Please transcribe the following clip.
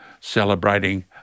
celebrating